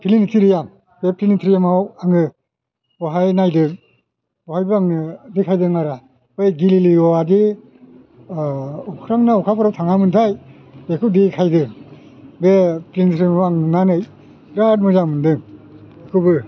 planetarium बे प्लेनेटरियामआव आङो बेवहाय नायदों बावहायबो आंनो देखायदों आरो बे गिलिलिउआदि अख्रां ना अखाफोराव थाङामोनथाय बेखौ देखायदों बे नुनानै बिराद मोजां मोनदों बेखौबो